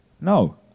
No